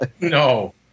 No